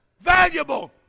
valuable